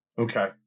okay